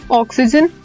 oxygen